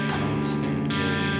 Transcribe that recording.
constantly